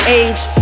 age